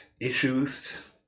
issues